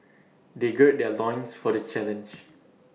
they gird their loins for the challenge